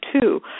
two